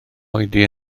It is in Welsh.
oedi